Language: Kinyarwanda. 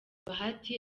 bahati